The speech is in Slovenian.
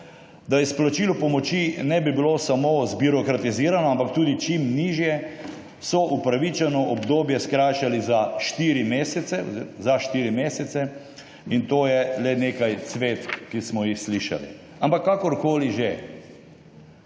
Da izplačilo pomoči ne bi bilo samo zbirokratizirano, ampak tudi čim nižje so opravičeno obdobje skrajšali za 4 mesece in to je le nekaj cvetk, ki smo jih slišali, ampak kakorkoli že.